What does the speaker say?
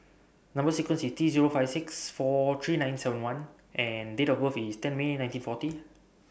Number sequence IS T Zero five six four three nine seven I and Date of birth IS ten May nineteen forty